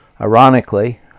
Ironically